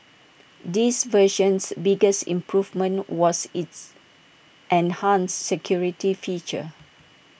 this version's biggest improvement was its enhanced security feature